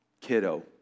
kiddo